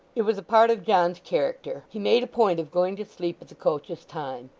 it was a part of john's character. he made a point of going to sleep at the coach's time.